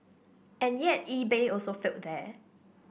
and yet eBay also failed there